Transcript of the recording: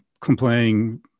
complaining